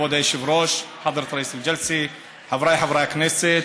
כבוד היושב-ראש, חבריי חברי הכנסת,